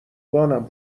بانم